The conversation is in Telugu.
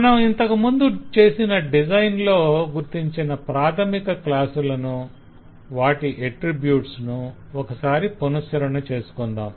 మనం ఇంతకుముందు చేసిన డిజైన్ లో గుర్తించిన ప్రాధమిక క్లాసులను వాటి ఎట్ట్రిబ్యూట్స్ ను ఒకసారి పునశ్చరణ చేసుకొందాం